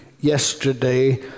yesterday